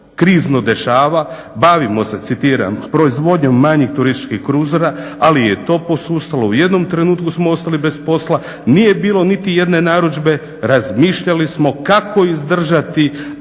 krizno dešava. Bavimo se, citiram, proizvodnjom manjih turističkih kruzera, ali je i to posustalo, u jednom trenutku smo ostali bez posla, nije bilo niti jedne narudžbe, razmišljali smo kako izdržati